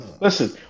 Listen